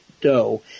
dough